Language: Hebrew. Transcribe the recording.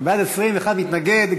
בעד, 20, אחד מתנגד.